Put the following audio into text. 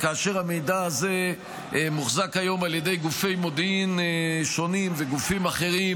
כאשר המידע הזה מוחזק היום על ידי גופי מודיעין שונים וגופים אחרים,